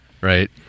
right